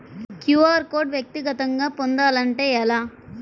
QR code వ్యక్తిగతంగా పొందాలంటే ఎలా?